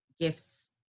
gifts